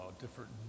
different